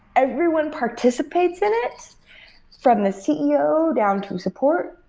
everyone participates in it from the ceo down to support.